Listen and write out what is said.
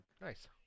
Nice